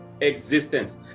existence